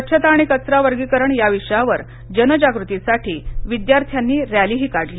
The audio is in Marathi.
स्वच्छता आणि कचरा वर्गीकरण या विषयावर जनजागृतीसाठी विद्यार्थ्यांनी रक्तींही काढली